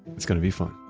it's going to be fun.